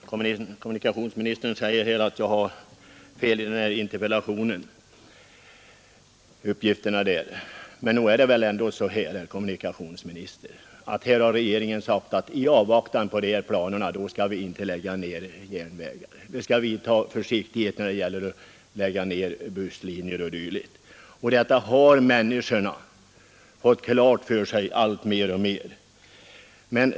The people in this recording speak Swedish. Herr talman! Kommunikationsministern sade att jag har lämnat felaktiga uppgifter i min interpellation. Men nog är det väl ändå så, herr kommunikationsminister, att regeringen har förklarat att man i avvaktan på att planerna på regionalt och kommunalt håll blir klara skall iakttaga försiktighet med att lägga ned busslinjer och annan trafik? Det löftet har människorna i de områden det gäller tagit fasta på.